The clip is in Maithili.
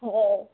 भरि